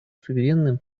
суверенным